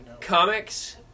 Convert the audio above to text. comics